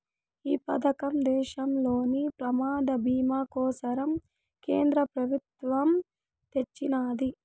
ఈ పదకం దేశంలోని ప్రమాద బీమా కోసరం కేంద్ర పెబుత్వమ్ తెచ్చిన్నాది